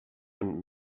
und